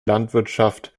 landwirtschaft